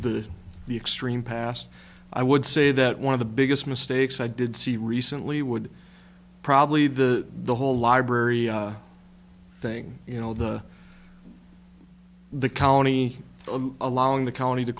the the extreme past i would say that one of the biggest mistakes i did see recently would probably the the whole library thing you know the the county allowing the county to